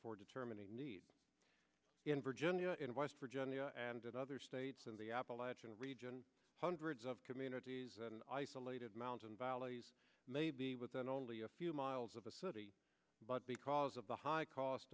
for determining needs in virginia and west virginia and other states in the appalachian region hundreds of communities and isolated mountain valleys may be within only a few miles of the city but because of the high cost